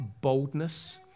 boldness